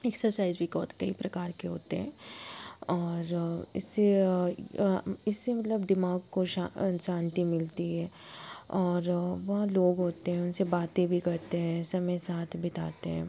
exercise भी बहुत कई प्रकार की होती हैं और इससे इससे मतलब दिमाग़ को शांति मिलती है और वहाँ लोग होते हैं उन से बातें भी करते हैं समय साथ बिताते हैं